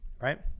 right